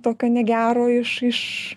tokio negero iš iš